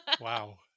Wow